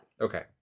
Okay